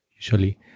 usually